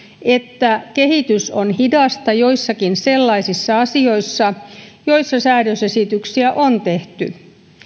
että kehitys on hidasta joissakin sellaisissa asioissa joissa säädösesityksiä on tehty